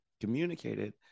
communicated